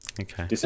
Okay